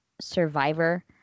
survivor